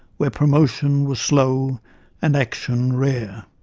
where promotion was slow and action rare.